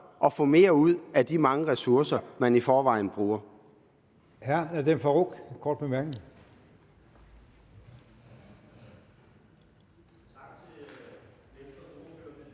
at få mere ud af de mange ressourcer, man i forvejen bruger.